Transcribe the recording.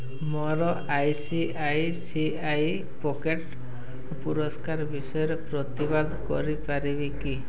ମୋର I C I C I pocket ପୁରସ୍କାର ବିଷୟରେ ପ୍ରତିବାଦ କରିପାରିବି କି